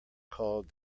called